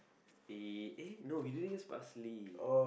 we eh no we didn't use parsley